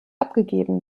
abgegeben